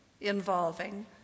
involving